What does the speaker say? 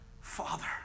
Father